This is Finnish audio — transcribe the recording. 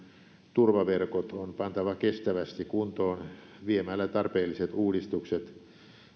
turvaverkot on pantava kestävästi kuntoon viemällä tarpeelliset uudistukset